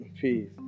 Peace